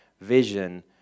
vision